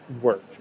work